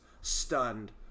stunned